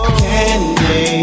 candy